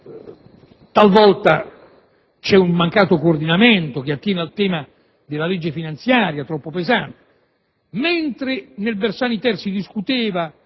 talvolta c'è un mancato coordinamento che attiene al tema della legge finanziaria, troppo pesante. Nel provvedimento Bersani-*ter* si discuteva